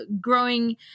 growing